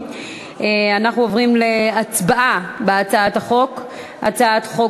אנחנו עוברים להצבעה על הצעת חוק איסור